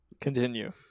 continue